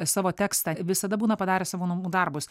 savo tekstą visada būna padarę savo namų darbus